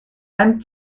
ein